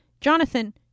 Jonathan